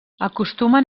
acostumen